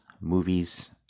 movies